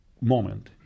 moment